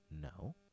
No